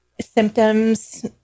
symptoms